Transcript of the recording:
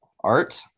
art